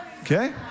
Okay